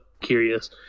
curious